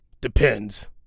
Depends